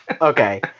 Okay